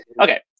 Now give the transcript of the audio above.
Okay